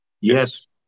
Yes